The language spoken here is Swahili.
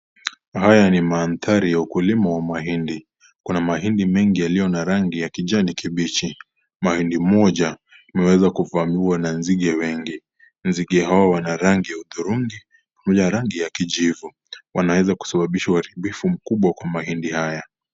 Haya ni mandhari ya ukulima wa mahindi. Kuna mahindi mengi yaliyo na rangi ya kijani kibichi. Mahindi moja, imeweza kuvamiwa na nzige wengi. Nzige hawa wana rangi ya hudurungi na rangi ya kijivu. Wanaweza kusababisha uharibifu mkubwa kwa mahindi haya.